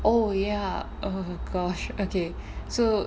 oh ya oh gosh okay so